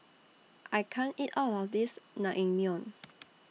I can't eat All of This Naengmyeon